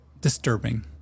disturbing